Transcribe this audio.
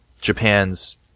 Japan's